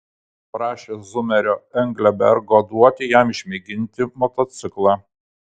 prašė zumerio englebergo duoti jam išmėginti motociklą